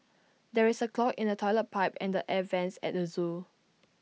there is A clog in the Toilet Pipe and the air Vents at the Zoo